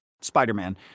Spider-Man